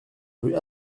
rue